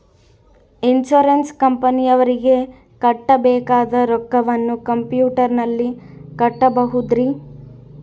Insurance ಕಂಪನಿಯವರಿಗೆ ಕಟ್ಟಬೇಕಾದ ರೊಕ್ಕವನ್ನು ಕಂಪ್ಯೂಟರನಲ್ಲಿ ಕಟ್ಟಬಹುದ್ರಿ?